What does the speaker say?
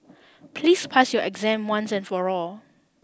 please pass your exam once and for all